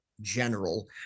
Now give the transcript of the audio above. general